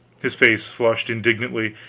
his face flushed indignantly,